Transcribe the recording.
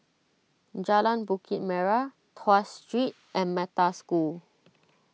Jalan Bukit Merah Tuas Street and Metta School